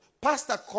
Pastor